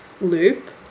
loop